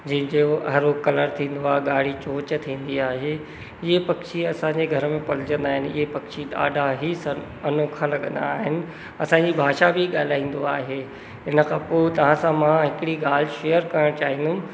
जंहिंजो हरो कलरु थींदो आहे ॻाढ़ी चोंच थींदी आहे इहे पक्षी असांजे घर में पलिजंदा आहिनि इहे पक्षी ॾाढा ई सन अनोखा लॻंदा आहिनि असांजी भाषा बि ॻाल्हाईंदो आहे इन खां पोइ तव्हां सां मां हिकिड़ी ॻाल्हि शेअर करणु चाहींदुमि